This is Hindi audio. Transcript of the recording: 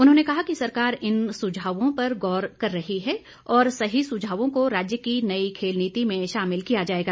उन्होंने कहा कि सरकार इन सुझावों पर गौर कर रही है और सही सुझावों को राज्य की नई खेल नीति में शामिल किया जाएगा